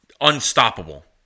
unstoppable